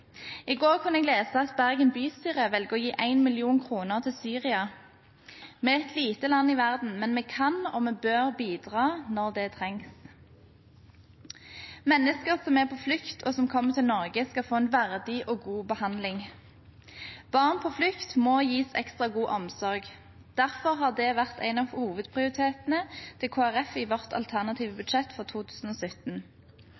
I går kunne jeg lese at Bergen bystyre velger å gi 1 mill. kr til Syria. Vi er et lite land i verden, men vi kan – og vi bør – bidra når det trengs. Mennesker som er på flukt, og som kommer til Norge, skal få en verdig og god behandling. Barn på flukt må gis ekstra god omsorg. Derfor har det vært en av hovedprioritetene til Kristelig Folkeparti i vårt alternative